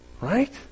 Right